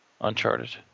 Uncharted